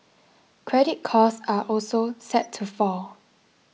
credit costs are also set to fall